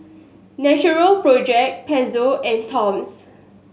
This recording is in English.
Natural Project Pezzo and Toms